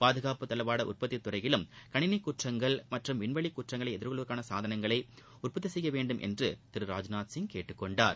பாதுகாப்பு தளவாட உற்பத்தி துறையிலும் கனினி குற்றங்கள் மற்றம் விண்வெளி குற்றங்களை எதிர்கொள்வதற்கான சாதனங்கள் உற்பத்தி செய்ய வேண்டும் என்று திரு ராஜ்நாத் சிங் கேட்டுக்கொண்டார்